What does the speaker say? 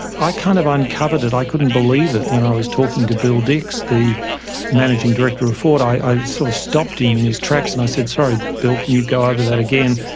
i kind of uncovered it. i couldn't believe it when i was talking to bill dix, the managing director of ford, i sort of stopped him in his tracks and i said, sorry bill, can you go over that again?